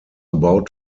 about